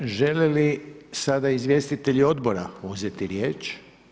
Žele li sada izvjestitelji odbora uzeti riječ?